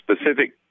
specific